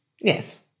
Yes